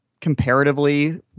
comparatively